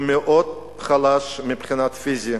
הוא מאוד חלש מבחינה פיזית,